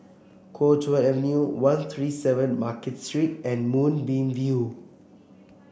Kuo Chuan Avenue One Three Seven Market Street and Moonbeam View